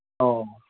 ꯑꯧ